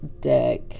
deck